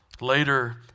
Later